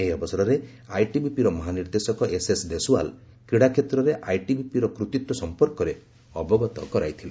ଏହି ଅବସରରେ ଆଇଟିବିପିର ମହାନିର୍ଦ୍ଦେଶକ ଏସ୍ଏସ୍ ଦେଶୱାଲ କ୍ରୀଡ଼ା କ୍ଷେତ୍ରରେ ଆଇଟିବିପିର କୃତିତ୍ୱ ସଂପର୍କରେ ଅବଗତ କରାଇଥିଲେ